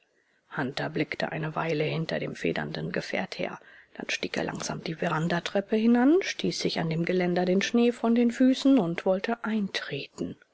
hunter blickte eine weile hinter dem federnden gefährt her dann stieg er langsam die verandatreppe hinan stieß sich an dem geländer den schnee von den füßen und wollte eintreten